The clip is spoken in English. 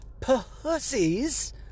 pussies